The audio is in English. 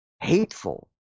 hateful